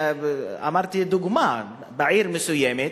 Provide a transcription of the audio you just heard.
לדוגמה, בעיר מסוימת,